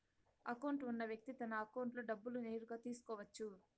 account ఉన్న వ్యక్తి తన అకౌంట్లో డబ్బులు నేరుగా తీసుకోవచ్చు